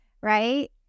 right